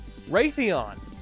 Raytheon